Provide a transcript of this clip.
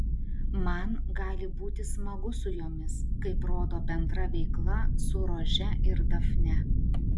man gali būti smagu su jomis kaip rodo bendra veikla su rože ir dafne